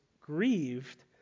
grieved